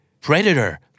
Predator